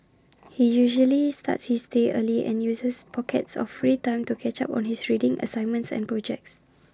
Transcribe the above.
he usually starts his day early and uses pockets of free time to catch up on his reading assignments and projects